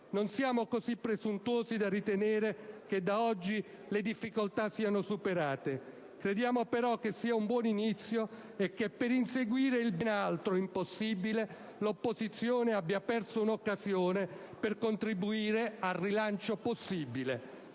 Non siamo così presuntuosi da ritenere che da oggi le difficoltà siano superate. Crediamo però che sia un buon inizio, e che per inseguire il «ben altro» impossibile l'opposizione abbia perso un'occasione per contribuire al rilancio possibile.